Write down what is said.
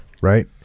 right